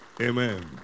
Amen